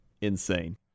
Insane